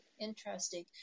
interesting